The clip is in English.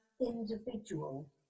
individual